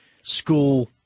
school